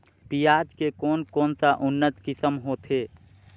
पियाज के कोन कोन सा उन्नत किसम होथे?